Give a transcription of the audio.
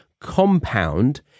compound